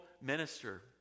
minister